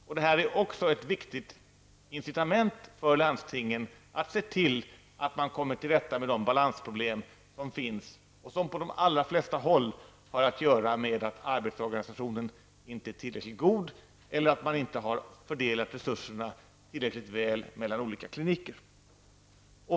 Också detta är ett viktigt incitament för landstingen att se till att man kommer till rätta med de balansproblem som finns och som på de allra flesta håll har att göra med att arbetsorganisationen inte är tillräckligt god eller att man inte har fördelat resurserna tillräckligt väl mellan olika kliniker.